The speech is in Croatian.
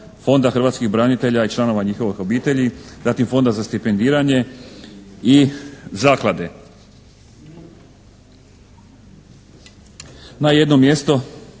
Fonda hrvatskih branitelja i članova njihovih obitelji, zatim Fonda za stipendiranje i zaklade na jedno mjesto